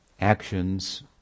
actions